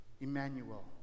Emmanuel